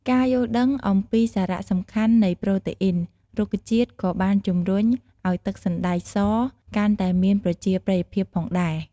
ការយល់ដឹងអំពីសារៈសំខាន់នៃប្រូតេអ៊ីនរុក្ខជាតិក៏បានជំរុញឱ្យទឹកសណ្តែកសកាន់តែមានប្រជាប្រិយភាពផងដែរ។